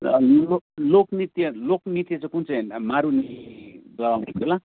र लोक लोकनृत्य लोकनृत्य चाहिँ कुन चाहिँ मारुनी गराउँदा हुन्थ्यो होला